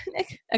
okay